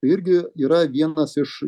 irgi yra vienas iš